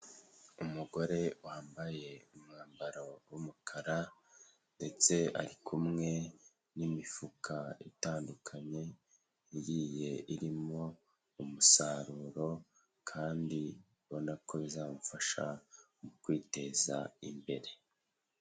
Umugore wambaye umwambaro w'umukara ndetse ari kumwe n'imifuka itandukanye igiye irimo umusaruro kandi ubona ko bizamufasha mu kwiteza imbere.